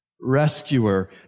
rescuer